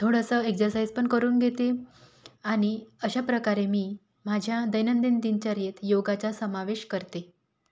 थोडंसं एक्झरसाईज पण करून घेते आणि अशा प्रकारे मी माझ्या दैनंदिन दिनचर्येत योगाचा समावेश करते